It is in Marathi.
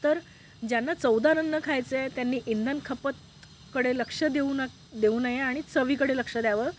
तर ज्यांना चवदार अन्न खायचं आहे त्यांनी इंधन खपतकडे लक्ष देऊ न देऊ नये आणि चवीकडे लक्ष द्यावं